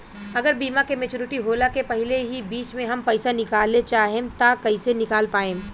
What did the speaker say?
अगर बीमा के मेचूरिटि होला के पहिले ही बीच मे हम पईसा निकाले चाहेम त कइसे निकाल पायेम?